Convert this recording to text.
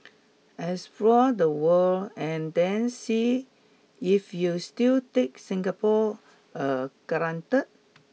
explore the world and then see if you still take Singapore a granted